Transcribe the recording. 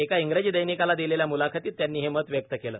एका इंग्रजी दैनिकाला दिलेल्या मुलाखतीत त्यांनी हे मत व्यक्त केलं